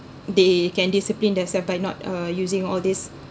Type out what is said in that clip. they can discipline themselves by not uh using all these